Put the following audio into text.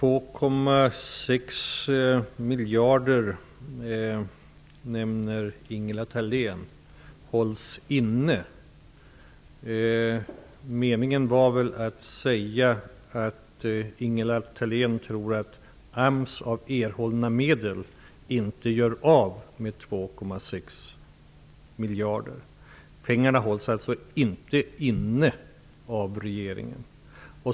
Fru talman! Ingela Thalén nämner att 2,6 miljarder hålls inne. Hon menade väl att AMS av erhållna medel inte gör av med 2,6 miljarder. Pengarna hålls alltså inte inne av regeringen.